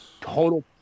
Total